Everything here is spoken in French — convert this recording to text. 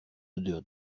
odeur